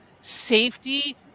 safety